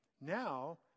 now